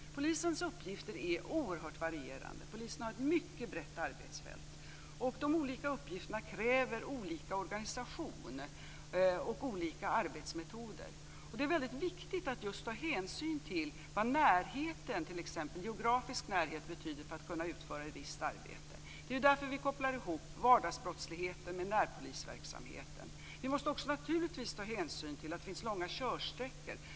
Polisens uppgifter är oerhört varierande, och arbetsfältet är mycket brett. De olika uppgifterna kräver olika organisationer och olika arbetsmetoder. Det är viktigt att ta hänsyn till vad t.ex. geografisk närhet betyder för att man skall kunna utföra ett visst arbete. Det är därför vi kopplar ihop vardagsbrottsligheten med närpolisverksamheten. Vi måste naturligtvis också ta hänsyn till att det finns långa körsträckor.